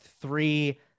three